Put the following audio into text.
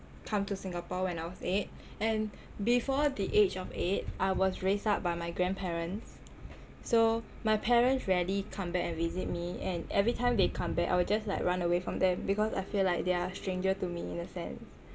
come to singapore when I was eight and before the age of eight I was raised up by my grandparents so my parents rarely come back and visit me and every time they come back I will just like run away from them because I feel like they are stranger to me in a sense